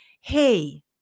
Hey